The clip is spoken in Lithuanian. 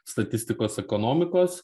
statistikos ekonomikos